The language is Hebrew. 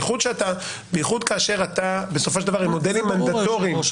בעיקר שהם מודלים מנדטוריים.